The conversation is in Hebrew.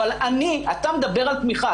אתה מדבר על תמיכה.